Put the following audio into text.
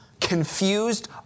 confused